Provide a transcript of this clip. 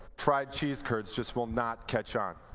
fried cheese curds just will not catch on.